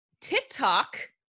TikTok